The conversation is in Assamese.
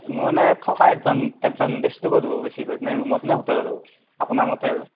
মই মানে থকাৰ এডভান্ট এডভান্টেজটো ক'ত হ'ব বেছিকৈ নে ৰুমত নে হোটেলত হ'ব আপোনাৰ মতে আৰু